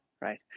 right